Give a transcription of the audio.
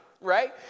right